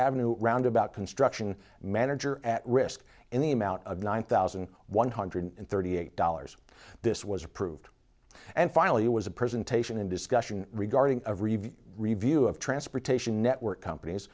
avenue roundabout construction manager at risk in the amount of nine thousand one hundred thirty eight dollars this was approved and finally it was a presentation in discussion regarding a review of transportation network companies